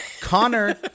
Connor